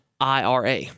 IRA